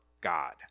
God